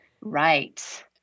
right